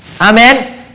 amen